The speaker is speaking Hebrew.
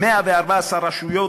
ו-114 רשויות,